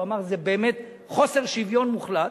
הוא אמר: זה באמת חוסר שוויון מוחלט.